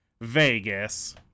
Vegas